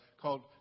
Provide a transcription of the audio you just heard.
called